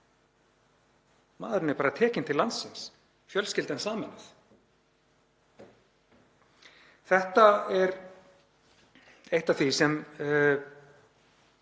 maðurinn sé bara tekinn til landsins og fjölskyldan sameinuð. Þetta er eitt af því sem